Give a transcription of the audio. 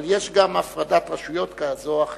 אבל יש גם הפרדת רשויות כזאת או אחרת,